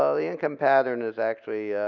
ah the income pattern is actually